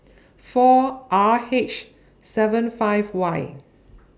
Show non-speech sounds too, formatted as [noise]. [noise] four R H seven five Y